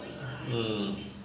hmm